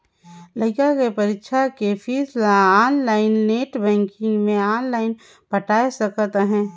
लइका के परीक्षा के पीस ल आनलाइन नेट बेंकिग मे आनलाइन पटाय सकत अहें